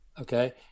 okay